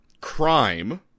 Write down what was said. crime